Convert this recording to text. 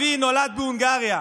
אבי נולד בהונגריה.